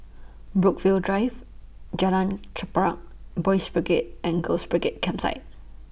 Brookvale Drive Jalan Chorak Boys' Brigade and Girls' Brigade Campsite